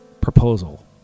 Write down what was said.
proposal